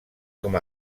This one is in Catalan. com